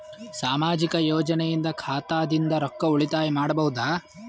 ಸಾಮಾಜಿಕ ಯೋಜನೆಯಿಂದ ಖಾತಾದಿಂದ ರೊಕ್ಕ ಉಳಿತಾಯ ಮಾಡಬಹುದ?